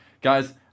guys